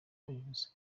ubusa